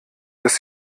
dass